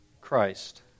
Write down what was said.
Christ